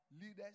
leaders